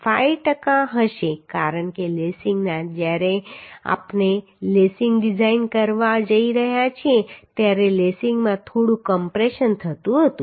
5 ટકા હશે કારણ કે લેસિંગમાં જ્યારે આપણે લેસિંગ ડિઝાઈન કરવા જઈ રહ્યા છીએ ત્યારે લેસિંગમાં થોડું કમ્પ્રેશન થતું હશે